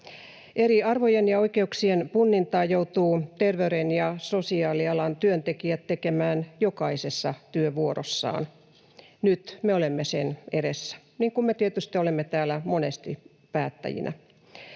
Eri arvojen ja oikeuksien punnintaa joutuvat terveys- ja sosiaalialan työntekijät tekemään jokaisessa työvuorossaan. Nyt me olemme sen edessä, niin kuin me tietysti olemme täällä monesti päättäjinä.